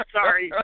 Sorry